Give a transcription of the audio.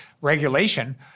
regulation